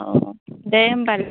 अह दे होमबा